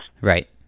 Right